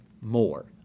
more